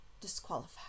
disqualified